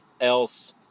Else